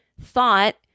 thought